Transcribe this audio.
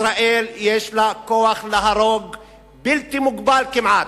לישראל יש כוח להרוג בלתי מוגבל כמעט,